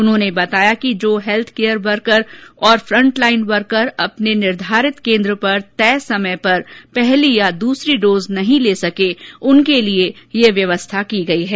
उन्होंने बताया कि जो हैल्थ केयर वर्कर और फ्रंट लाइन वर्कर अपने निर्धारित केन्द्र पर तय समय पर पहली या दूसरी डोज नहीं ले सके उनके लिये ये व्यवस्था की गई है